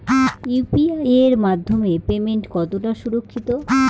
UPI এর মাধ্যমে payment কতটা সুরক্ষিত?